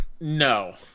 No